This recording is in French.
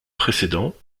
précédents